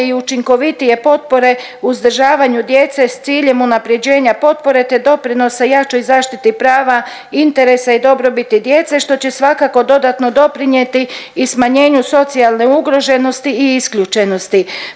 i učinkovitije potpore u uzdržavanju djece s ciljem unaprjeđenja potpore te doprinosa i jačoj zaštiti prava, interesa i dobrobiti djece što će svakako dodatno doprinijeti i smanjenju socijalne ugroženosti i isključenosti.